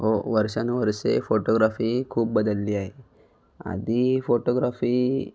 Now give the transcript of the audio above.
हो वर्षानुवर्षे फोटोग्राफी खूप बदलली आहे आधी फोटोग्राफी